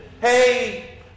Hey